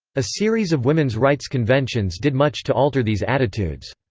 a series of women's rights conventions did much to alter these attitudes.